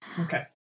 Okay